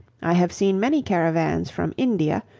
i have seen many caravans from india,